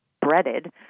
breaded